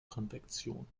konvektion